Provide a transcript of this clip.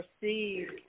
received